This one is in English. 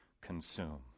consume